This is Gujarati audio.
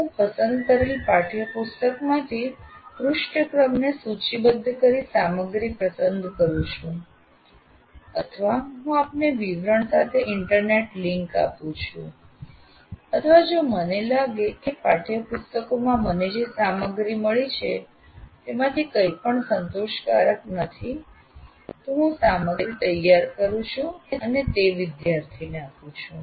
હું પસંદ કરેલા પાઠ્યપુસ્તકમાંથી પૃષ્ઠક્રમને સૂચિબદ્ધ કરી સામગ્રી પસંદ કરું છું અથવા હું આપને વિવરણ સાથે ઇન્ટરનેટ લિંક આપું છું અથવા જો મને લાગે કે પાઠયપુસ્તકોમાં મને જે સામગ્રી મળી છે તેમાંથી કોઈપણ સંતોષકારક નથી હું સામગ્રી તૈયાર કરું છું અને તે વિદ્યાર્થીને આપું છું